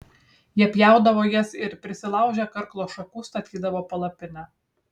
jie pjaudavo jas ir prisilaužę karklo šakų statydavo palapinę